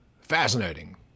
fascinating